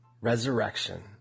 Resurrection